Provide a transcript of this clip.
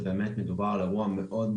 זה באמת מדובר על אירוע מאוד,